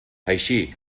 així